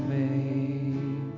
made